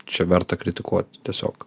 čia verta kritikuot tiesiog